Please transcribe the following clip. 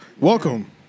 Welcome